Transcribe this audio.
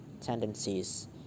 tendencies